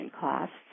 costs